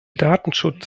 datenschutz